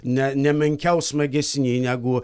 ne ne menkiau smagesni negu